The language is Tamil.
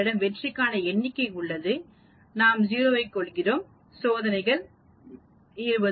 எங்களிடம் வெற்றிக்கான எண்ணிக்கை உள்ளது நாம் 0 கொள்கிறோம் சோதனைகள் 20 நிகழ்தகவு 0